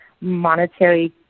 monetary